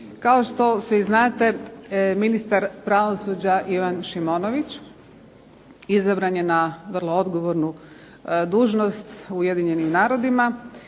Kao što svi znate gospodin ministar pravosuđa Ivan Šimonović izabran je na vrlo odgovornu dužnost u Ujedinjenim narodima